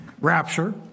rapture